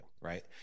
right